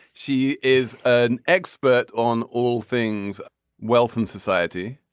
she is an expert on all things wealth and society.